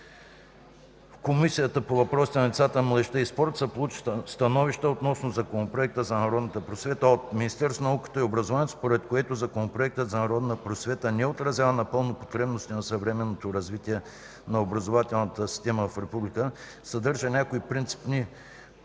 В Комисията по въпросите на децата, младежта и спорта са получени становища относно Законопроекта за народната просвета от: - Министерство на науката и образованието, според което Законопроектът за народната просвета не отразява напълно потребностите на съвременното развитие на образователната система в Република България, съдържа някои принципни